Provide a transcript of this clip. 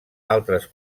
altres